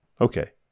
Okay